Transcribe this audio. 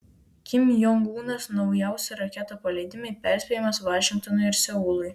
kim jong unas naujausi raketų paleidimai perspėjimas vašingtonui ir seului